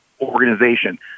organization